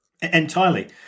Entirely